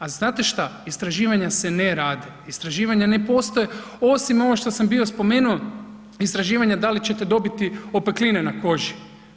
A znate šta, istraživanje se ne rade, istraživanje ne postoje osim ono što sam bio spomenuo istraživanja da li ćete dobiti opekline na koži.